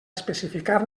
especificar